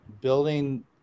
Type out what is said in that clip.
building